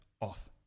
off